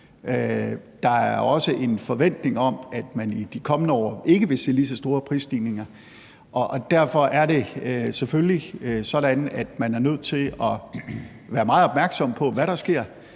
Der er også en forventning om, at man i de kommende år ikke vil se lige så store prisstigninger. Derfor er det selvfølgelig sådan, at man er nødt til at være meget opmærksom på, hvad der sker.